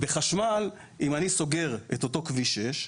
בחשמל, אם אני סוגר את אותו כביש 6,